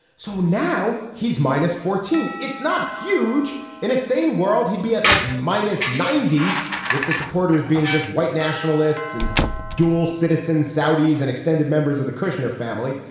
so now he's minus fourteen. it's not huge in a sane world he'd be at like minus ninety with the supporters being just white nationalists and dual citizen saudis and extended members of the kushner family.